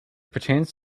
pertains